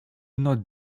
not